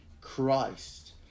Christ